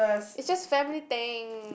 is just family tang